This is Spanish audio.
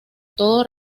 todo